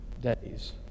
days